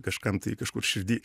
kažkam tai kažkur širdy